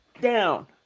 down